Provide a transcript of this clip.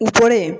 উপরে